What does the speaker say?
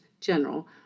general